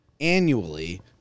annually